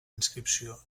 inscripció